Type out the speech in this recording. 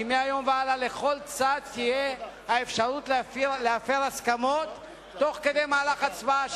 כי מהיום והלאה לכל צד תהיה האפשרות להפר הסכמות תוך כדי מהלך הצבעה.